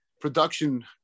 production